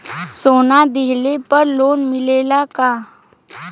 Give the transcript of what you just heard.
सोना दहिले पर लोन मिलल का?